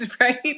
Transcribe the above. right